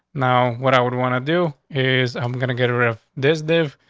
now, what i would want to do is i'm gonna get a riff. there's live.